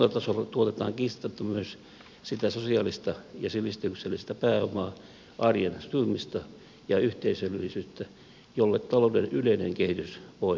kuntatasolla tuotetaan kiistatta myös sitä sosiaalista ja sivistyksellistä pääomaa arjen sujumista ja yhteisöllisyyttä mihin talouden yleinen kehitys voi nojata